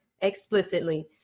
explicitly